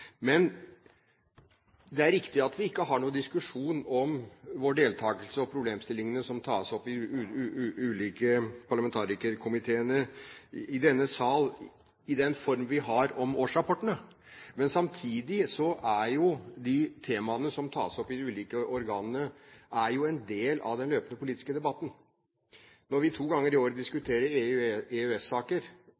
Men det er riktig at vi ikke har noen diskusjon om vår deltakelse og problemstillingene som tas opp i de ulike parlamentarikerkomiteene, i denne sal, i den form vi har i årsrapportene. Men samtidig er jo de temaene som tas opp i de ulike organene, en del av den løpende politiske debatten. Når vi to ganger i året